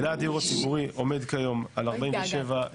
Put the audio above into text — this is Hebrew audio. מלאי הדיור הציבורי עומד כיום על 47,100,